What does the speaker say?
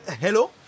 hello